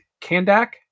Kandak